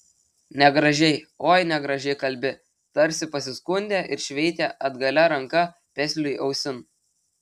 negražiai oi negražiai kalbi tarsi pasiskundė ir šveitė atgalia ranka pesliui ausin